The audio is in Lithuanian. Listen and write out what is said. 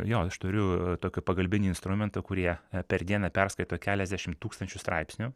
jo aš turiu tokių pagalbinių instrumentų kurie per dieną perskaito keliasdešimt tūkstančių straipsnių